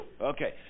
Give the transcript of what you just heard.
Okay